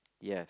yes